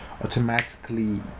Automatically